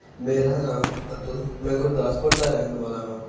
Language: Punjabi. ਮੇਰਾ ਨਾਮ ਅਤੁਲ ਮੈਂ ਗੁਰਦਾਸਪੁਰ ਦਾ ਰਹਿਣ ਵਾਲਾ ਹਾਂ